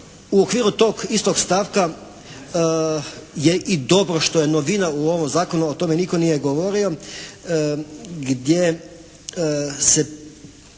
U okviru tog istog stavka je i dobro što je novina u ovom zakonu, o tome nitko nije govorio, gdje se